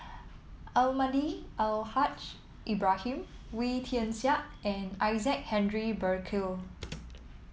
Almahdi Al Haj Ibrahim Wee Tian Siak and Isaac Henry Burkill